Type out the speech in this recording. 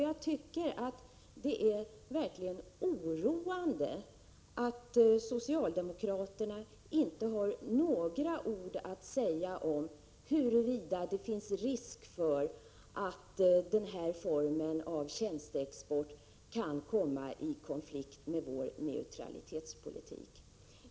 Jag tycker att det verkligen är oroande att socialdemokraterna inte har några ord att säga om huruvida det finns risk för att den här formen av tjänsteexport kan komma i konflikt med vår neutralitetspolitik.